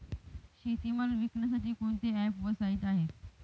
शेतीमाल विकण्यासाठी कोणते ॲप व साईट आहेत?